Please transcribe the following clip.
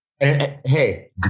Hey